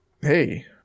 Hey